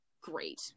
great